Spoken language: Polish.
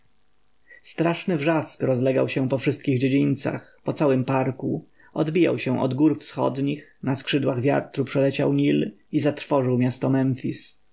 straszny wrzask rozlegał się po wszystkich dziedzińcach po całym parku odbijał się od gór wschodnich na skrzydłach wiatru przeleciał nil i zatrwożył miasto